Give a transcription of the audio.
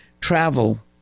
travel